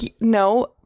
no